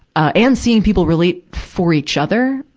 ah and seeing people relate for each other.